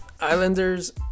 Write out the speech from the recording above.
Islanders